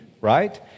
right